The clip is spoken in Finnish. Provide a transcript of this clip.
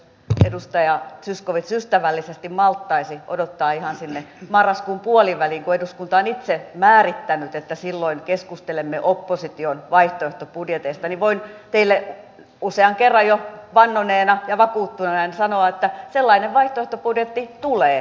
jos edustaja zyskowicz ystävällisesti malttaisi odottaa ihan sinne marraskuun puoliväliin kun eduskunta on itse määrittänyt että silloin keskustelemme opposition vaihtoehtobudjeteista niin voin teille usean kerran jo vannoneena ja vakuuttaneena sanoa että sellainen vaihtoehtobudjetti tulee edustaja zyskowicz